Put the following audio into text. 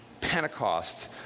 Pentecost